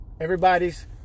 everybody's